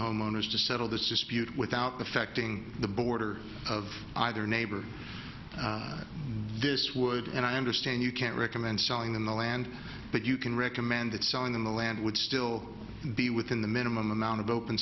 homeowners to settle this dispute without affecting the border of either neighbors this would and i understand you can't recommend selling in the land but you can recommend it selling in the land would still be within the minimum amount of open